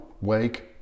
wake